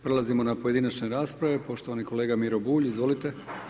Prelazimo na pojedinačne rasprave, poštovani kolega Miro Bulj, izvolite.